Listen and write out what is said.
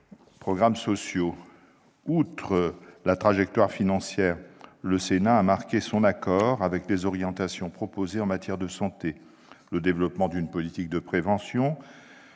comptes sociaux. Outre la trajectoire financière, le Sénat a marqué son accord avec les orientations proposées en matière de santé : le développement d'une politique de prévention,